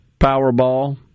Powerball